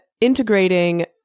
integrating